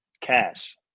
cash